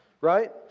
right